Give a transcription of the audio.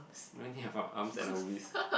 we only have our arms and a whisk